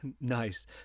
Nice